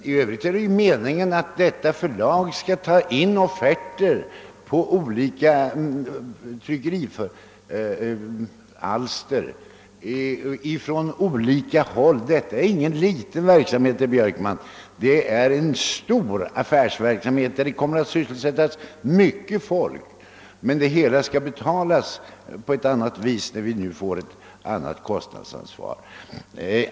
I övrigt är det meningen att förlaget skall ta in offerter på tryckerialster från olika håll. Det blir fråga om en omfattande verksamhet, där mycket folk kommer att sysselsättas. Men det hela skall betalas på annat vis när vi nu får ett annat kostnadsansvar.